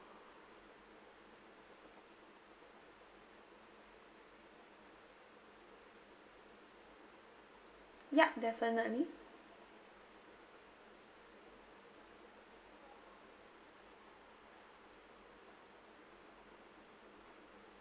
ya definitely